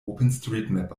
openstreetmap